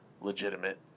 legitimate